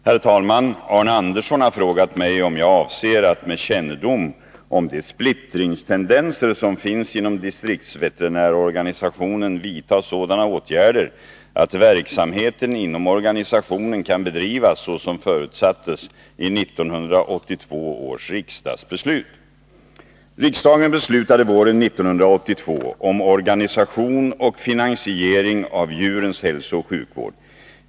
Herr talman! Arne Andersson i Ljung har frågat mig om jag avser att med kännedom om de splittringstendenser som finns inom distriktsveterinärorganisationen vidta sådana åtgärder att verksamheten inom organisationen kan bedrivas såsom förutsattes i 1982 års riksdagsbeslut. djurens hälsooch sjukvård.